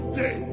day